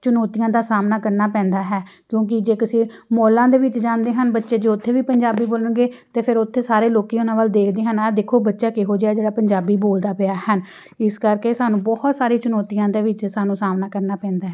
ਚੁਣੌਤੀਆਂ ਦਾ ਸਾਹਮਣਾ ਕਰਨਾ ਪੈਂਦਾ ਹੈ ਕਿਉਂਕਿ ਜੇ ਕਿਸੇ ਮੌਲਾਂ ਦੇ ਵਿੱਚ ਜਾਂਦੇ ਹਨ ਬੱਚੇ ਜੋ ਉੱਥੇ ਵੀ ਪੰਜਾਬੀ ਬੋਲਣਗੇ ਅਤੇ ਫਿਰ ਉੱਥੇ ਸਾਰੇ ਲੋਕ ਉਹਨਾਂ ਵੱਲ ਦੇਖਦੇ ਹਨ ਆਹ ਦੇਖੋ ਬੱਚਾ ਕਿਹੋ ਜਿਹਾ ਜਿਹੜਾ ਪੰਜਾਬੀ ਬੋਲਦਾ ਪਿਆ ਹੈਨ ਇਸ ਕਰਕੇ ਸਾਨੂੰ ਬਹੁਤ ਸਾਰੀ ਚੁਣੌਤੀਆਂ ਦੇ ਵਿੱਚ ਸਾਨੂੰ ਸਾਹਮਣਾ ਕਰਨਾ ਪੈਂਦਾ